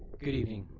good evening,